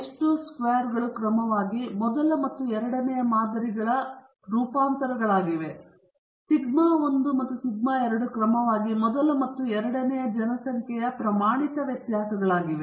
S 1 ಚದರ ಮತ್ತು S 2 ಚೌಕಗಳು ಕ್ರಮವಾಗಿ ಮೊದಲ ಮತ್ತು ಎರಡನೆಯ ಮಾದರಿಗಳ ಮಾದರಿ ರೂಪಾಂತರಗಳಾಗಿವೆ ಮತ್ತು ಸಿಗ್ಮಾ 1 ಮತ್ತು ಸಿಗ್ಮಾ 2 ಕ್ರಮವಾಗಿ ಮೊದಲ ಮತ್ತು ಎರಡನೆಯ ಜನಸಂಖ್ಯೆಯ ಪ್ರಮಾಣಿತ ವ್ಯತ್ಯಾಸಗಳಾಗಿವೆ